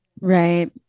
Right